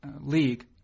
league